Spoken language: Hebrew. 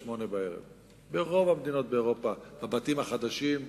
20:00. ברוב מדינות אירופה הבתים החדשים,